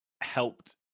helped